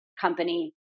company